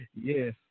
Yes